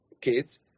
kids